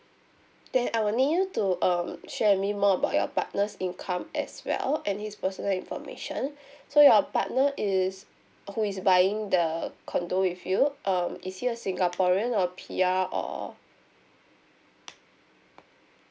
then I will need you to um share with me more about your partner's income as well and his personal information so your partner is uh who is buying the condo with you um is he a singaporean or P_R or